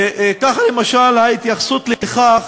כך, למשל, ההתייחסות לכך